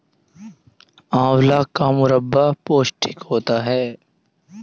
आंवला का मुरब्बा पौष्टिक होता है